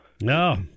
No